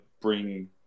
bring